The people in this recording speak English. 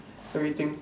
everything